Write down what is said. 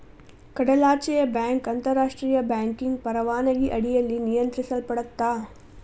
ಕಡಲಾಚೆಯ ಬ್ಯಾಂಕ್ ಅಂತಾರಾಷ್ಟ್ರಿಯ ಬ್ಯಾಂಕಿಂಗ್ ಪರವಾನಗಿ ಅಡಿಯಲ್ಲಿ ನಿಯಂತ್ರಿಸಲ್ಪಡತ್ತಾ